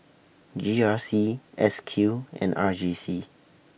G R C S Q and R J C